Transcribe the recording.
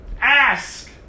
Ask